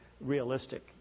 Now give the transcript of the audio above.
realistic